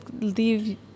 leave